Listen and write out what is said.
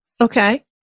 Okay